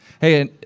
Hey